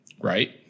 right